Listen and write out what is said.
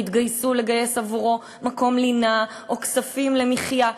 והתגייסו לגייס עבורו מקום לינה או כספים למחיה.